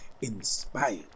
inspired